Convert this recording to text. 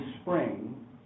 spring